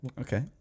Okay